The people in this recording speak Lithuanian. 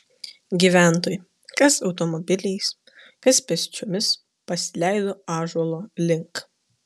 gyventojai kas automobiliais kas pėsčiomis pasileido ąžuolo link